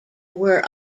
were